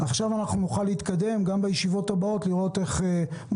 עכשיו נוכל להתקדם וגם בישיבות הבאות נראה מה